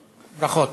ברכות.